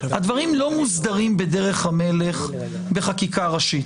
הדברים לא מוסדרים בדרך המלך בחקיקה ראשית.